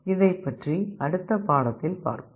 இதைப் பற்றி அடுத்த பாடத்தில் பார்ப்போம்